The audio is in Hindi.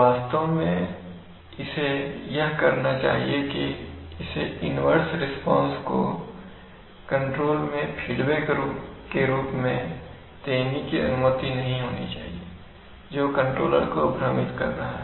वास्तव में इसे यह करना चाहिए कि इसे इन्वर्स रिस्पांस को कंट्रोलर में फीडबैक के रूप में देने की अनुमति नहीं होनी चाहिए जो कंट्रोलर को भ्रमित कर रहा है